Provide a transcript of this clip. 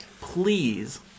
please